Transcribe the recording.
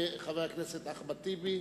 חבר הכנסת אחמד טיבי,